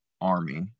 army